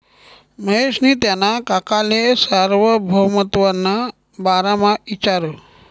महेशनी त्याना काकाले सार्वभौमत्वना बारामा इचारं